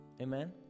Amen